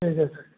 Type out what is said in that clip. ठीक है सर